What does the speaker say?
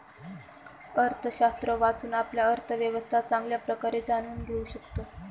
अर्थशास्त्र वाचून, आपण अर्थव्यवस्था चांगल्या प्रकारे जाणून घेऊ शकता